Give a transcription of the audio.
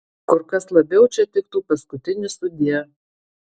kur kas labiau čia tiktų paskutinis sudie